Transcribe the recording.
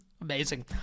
Amazing